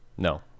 No